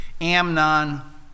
Amnon